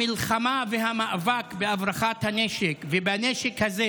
המלחמה והמאבק בהברחת הנשק ובנשק הזה,